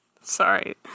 sorry